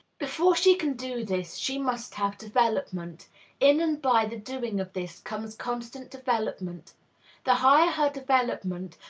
before she can do this, she must have development in and by the doing of this comes constant development the higher her development,